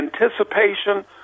anticipation